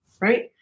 right